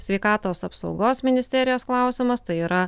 sveikatos apsaugos ministerijos klausimas tai yra